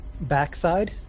backside